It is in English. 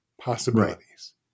possibilities